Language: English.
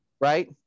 right